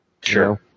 Sure